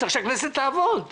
צריך שהכנסת תעבוד,